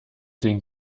den